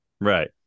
Right